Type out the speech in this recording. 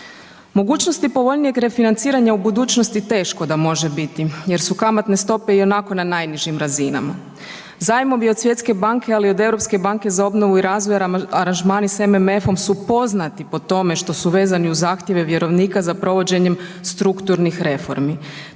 Mogućnosti povoljnijeg refinanciranja u budućnosti teško da može biti jer su kamatne stope ionako na najnižim razinama. Zajmovi od Svjetske banke, ali i od Europske banke za obnovu i razvoj aranžmani s MMF-om su poznati po tome što su vezani uz zahtjeve vjerovnika za provođenjem strukturnih reformi.